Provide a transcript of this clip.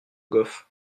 goff